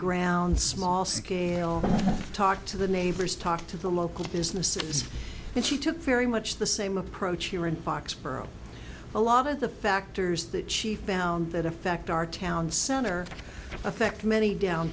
ground small scale talk to the neighbors talk to the local businesses and she took very much the same approach here in foxboro a lot of the factors that she found that affect our town center affect many down